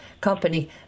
Company